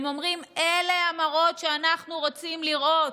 הם אומרים: אלה המראות שאנחנו רוצים לראות.